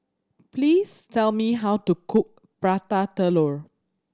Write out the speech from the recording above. please tell me how to cook Prata Telur